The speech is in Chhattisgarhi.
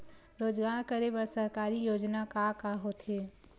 रोजगार करे बर सरकारी योजना का का होथे?